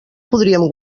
podríem